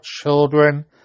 children